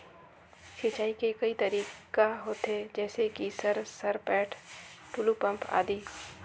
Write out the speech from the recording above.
सिंचाई के कई तरीका होथे? जैसे कि सर सरपैट, टुलु पंप, आदि?